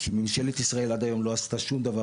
כי ממשלת ישראל עד היום לא עשתה שום דבר